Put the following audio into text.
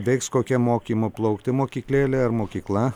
veiks kokia mokymo plaukti mokyklėlė ar mokykla